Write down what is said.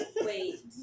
Wait